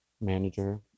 manager